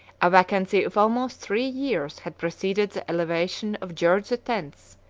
a vacancy of almost three years had preceded the elevation of george the tenth,